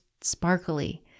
sparkly